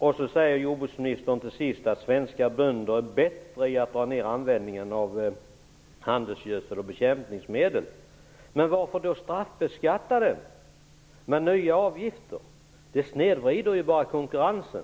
Till sist sade jordbruksministern att svenska bönder är bättre på att dra ner på användningen av handelsgödsel och bekämpningsmedel. Varför skall man då straffbeskatta den användningen med nya avgifter? Det snedvrider konkurrensen.